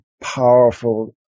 powerful